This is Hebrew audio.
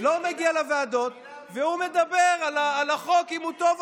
מה עובדים פה,